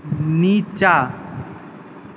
नीचाँ